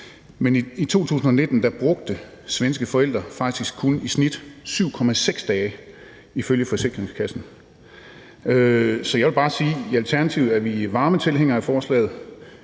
men i 2019 brugte svenske forældre faktisk kun i snit 7,6 dage ifølge Försäkringskassan. Så jeg vil bare sige, at i Alternativet er vi varme tilhængere af forslaget.